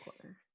corner